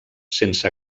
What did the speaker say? sense